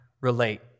relate